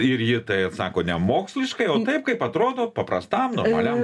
ir ji į tai atsako nemoksliškai o taip kaip atrodo paprastam normaliam